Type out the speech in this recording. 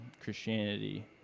Christianity